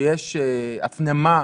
שיש הפנמה,